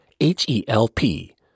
H-E-L-P